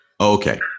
Okay